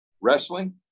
wrestling